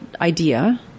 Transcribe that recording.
idea